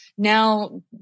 now